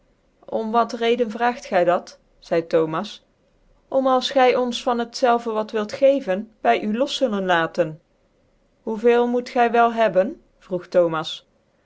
om wat redeu vraagt gy dat zeidc thomas pm als gy ons van het zelve wat wilt geven wy u los zullen laten hoe ycci moet gy wel hebben vroeg thomas